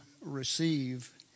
receive